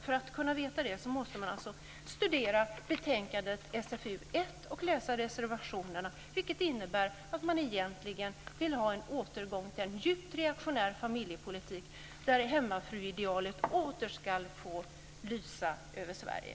För att kunna veta det är det alltså nödvändigt att studera betänkande SfU1 och att läsa reservationerna - som alltså innebär att man egentligen vill ha en återgång till en djupt reaktionär familjepolitik där hemmafruidealet åter ska få lysa över Sverige.